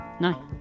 No